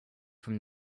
from